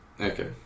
Okay